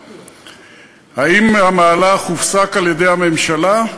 3. האם המהלך הופסק על-ידי הממשלה?